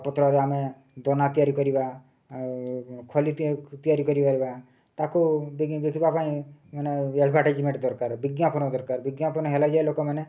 ପତ୍ରରେ ଆମେ ଦନା ତିଆରି କରିବା ଆଉ ଖଲି ତିଆରି କରିପାରିବା ତାକୁ ବିକିବା ପାଇଁ ମାନେ ଏଡ଼୍ଭଟାଇଜ୍ମେଣ୍ଟ୍ ଦରକାର ବିଜ୍ଞାପନ ଦରକାର ବିଜ୍ଞାପନ ହେଲେ ଯାଇ ଲୋକମାନେ